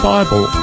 Bible